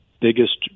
biggest